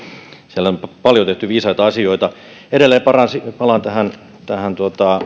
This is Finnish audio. siellä on tehty paljon viisaita asioita edelleen palaan tähän tähän